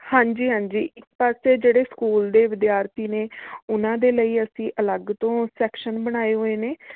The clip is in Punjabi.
ਹਾਂਜੀ ਹਾਂਜੀ ਇੱਕ ਪਾਸੇ ਜਿਹੜੇ ਸਕੂਲ ਦੇ ਵਿਦਿਆਰਥੀ ਨੇ ਉਨ੍ਹਾਂ ਦੇ ਲਈ ਅਸੀਂ ਅਲੱਗ ਤੋਂ ਸੈਕਸ਼ਨ ਬਣਾਏ ਹੋਏ ਨੇ